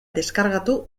deskargatu